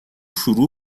شروع